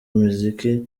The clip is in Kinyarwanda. muziki